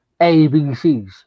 abcs